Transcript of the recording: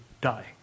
die